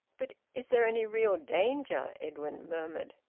but is there any real danger? edwin murmured.